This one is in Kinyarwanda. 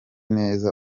neza